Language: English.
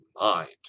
mind